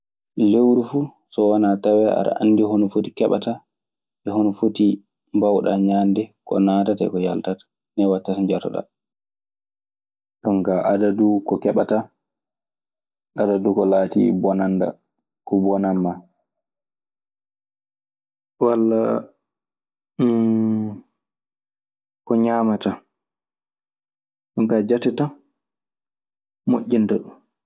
Lewru fuu so wanaa tawee aɗa anndi hono foti keɓataa e hono foti mbawɗaa ñande. Ko naatata eko yaltata, nden watta so njatoɗaa. Jon kaa adadu ko keɓataa, adadu ko laatii bonandal, ko bonan maa. Walla ko ñaamataa. Ɗun kaa jate tan moƴƴinta ɗun.